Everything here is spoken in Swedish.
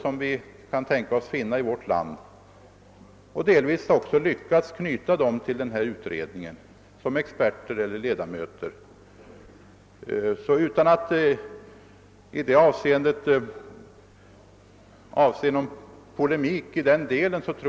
Delvis här vi också lyckats knyta dem till denna utredning som experter eller 1edamöter.